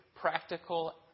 practical